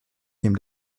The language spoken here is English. came